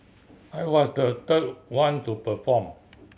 I was the third one to perform